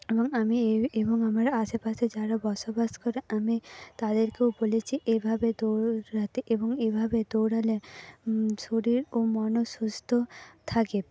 এবং আমি এবং আমার আশেপাশে যারা বসবাস করে আমি তাদেরকেও বলেছি এভাবে দৌড়াতে এবং এভাবে দৌড়ালে শরীর ও মনও সুস্থ থাকে